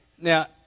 Now